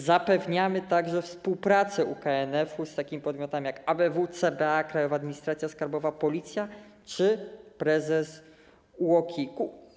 Zapewniamy także współpracę UKNF z takimi podmiotami jak ABW, CBA, Krajowa Administracja Skarbowa, Policja czy prezes UOKiK-u.